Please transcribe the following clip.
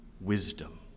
wisdom